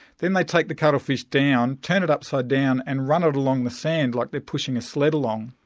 then they take the cuttlefish down, turn it upside-down and run it along the sand like they're pushing a sled along,